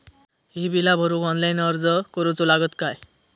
ही बीला भरूक ऑनलाइन अर्ज करूचो लागत काय?